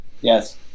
Yes